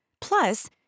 Plus